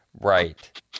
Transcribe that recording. Right